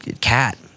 cat